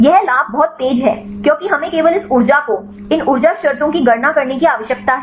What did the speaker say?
यह लाभ बहुत तेज़ है क्योंकि हमें केवल इस ऊर्जा को इन ऊर्जा शर्तों की गणना करने की आवश्यकता है